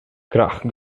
крах